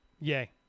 yay